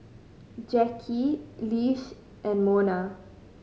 Jacki Lish and Monna